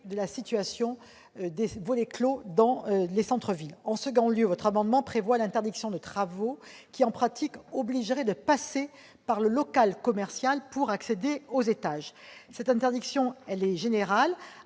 de la situation des volets clos dans les centres-villes. Par ailleurs, cet amendement prévoit l'interdiction de travaux, qui obligerait, en pratique, de passer par le local commercial pour accéder aux étages. Cette interdiction est générale,